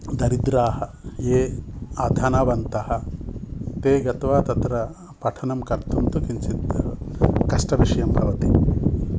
दरिद्राः ये अधनवन्तः ते गत्वा तत्र पठनं कर्तुं तु किञ्चित् कष्टविषयं भवति